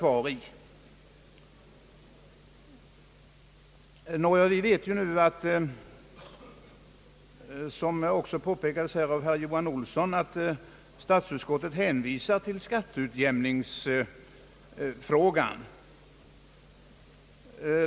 Vi vet ju nu, och det har också påpekats här av herr Johan Olsson, att statsutskottet hänvisade till skatteutjämningsfrågan.